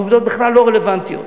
העובדות בכלל לא רלוונטיות.